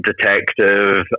detective